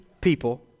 people